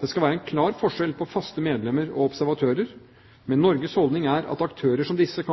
Det skal være en klar forskjell på faste medlemmer og observatører, men Norges holdning er at aktører som disse